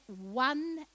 one